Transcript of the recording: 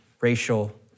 racial